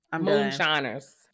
Moonshiners